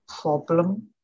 problem